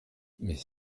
mais